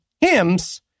Hymns